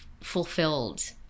fulfilled